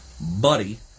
buddy